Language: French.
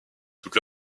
toute